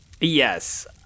Yes